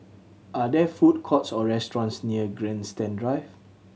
are there food courts or restaurants near Grandstand Drive